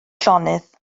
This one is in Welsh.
llonydd